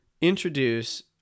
introduce